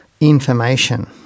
information